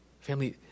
Family